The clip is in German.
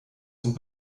sind